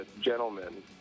Gentlemen